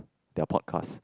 their podcast